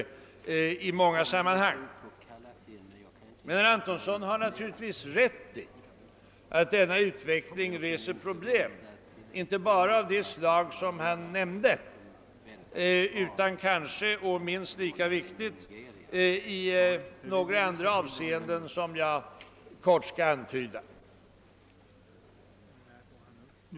Men herr Antonsson har naturligtvis rätt i att denna utveckling reser problem, inte bara av det slag som han nämnde utan också — och det är minst lika viktigt — i några andra avseenden som jag helt kort skall antyda.